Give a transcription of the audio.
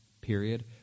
period